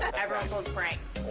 everyone pulls pranks,